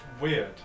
weird